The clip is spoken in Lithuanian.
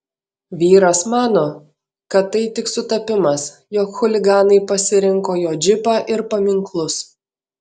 vyras mano kad tai tik sutapimas jog chuliganai pasirinko jo džipą ir paminklus